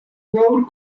road